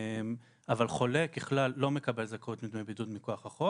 אבל חולה ככלל לא מקבל זכאות לדמי בידוד מכוח החוק